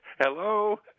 hello